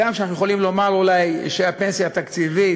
הגם שאנחנו יכולים לומר אולי שהפנסיה התקציבית,